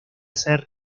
ser